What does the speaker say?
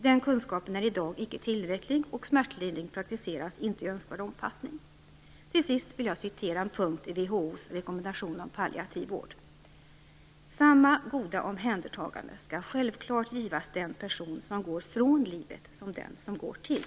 Den kunskapen är i dag icke tillräcklig, och smärtlindring praktiseras inte i önskvärd omfattning. Till sist vill jag citera en punkt ur WHO:s rekommendation om palliativ vård: Samma goda omhändertagande skall självklart givas den person som går från livet som den som går till.